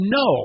no